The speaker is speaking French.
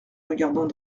regardant